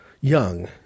young